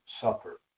supper